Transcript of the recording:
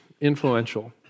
influential